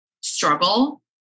struggle